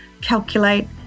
calculate